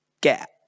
get